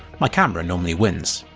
my camera normally wins.